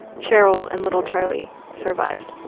cheryl and little charlie survived